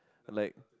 like